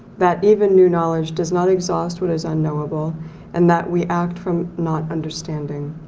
that even new knowledge does not exhaust what is unknowable and that we act from not understanding.